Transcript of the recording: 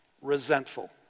resentful